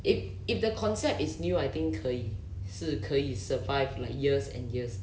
if if the concept is new I think 可以是可以 survive like years and years